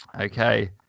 okay